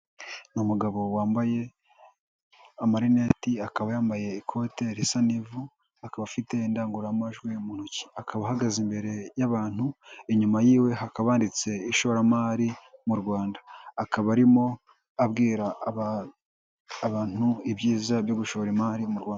Ni umugabo wambaye amarineti, akaba yambaye ikote risa n'ivu akaba akaba afite indangururamajwi mu ntoki, akaba ahagaze imbere y'abantu, inyuma yiwe hakabaditse ishoramari mu Rwanda, akaba arimo abwira abantu ibyiza byo gushora imari mu Rwanda.